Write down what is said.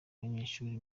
banyeshuri